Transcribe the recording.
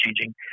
changing